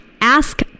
ask